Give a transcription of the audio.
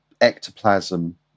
ectoplasm